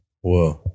whoa